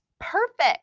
Perfect